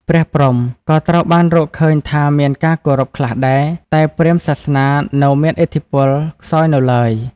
ព្រះព្រហ្ម ក៏ត្រូវបានរកឃើញថាមានការគោរពខ្លះដែរ តែព្រាហ្មណ៍សាសនានៅមានឥទ្ធិពលខ្សោយនៅឡើយ។